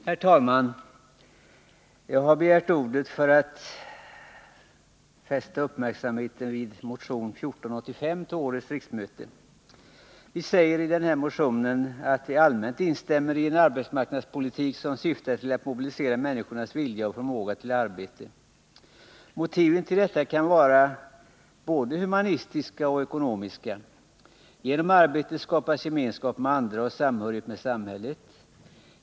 Herr talman! Jag har begärt ordet för att fästa uppmärksamheten på motion 1485 till årets riksmöte. Vi säger i motionen att vi allmänt instämmer i en arbetsmarknadspolitik som syftar till att mobilisera människornas vilja och förmåga till arbete. Motiven till detta kan vara både humanistiska och ekonomiska. Genom arbetet skapas gemenskap med andra och samhörighet med samhället.